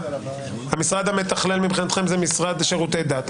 המשרד לשירותי דת.